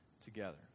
together